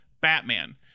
batman